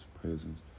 presence